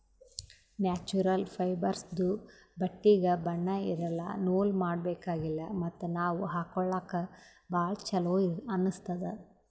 natural ಫೈಬರ್ಸ್ದು ಬಟ್ಟಿಗ್ ಬಣ್ಣಾ ಇರಲ್ಲ ನೂಲ್ ಮಾಡಬೇಕಿಲ್ಲ ಮತ್ತ್ ನಾವ್ ಹಾಕೊಳ್ಕ ಭಾಳ್ ಚೊಲೋ ಅನ್ನಸ್ತದ್